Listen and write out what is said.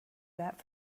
that